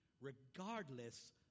Regardless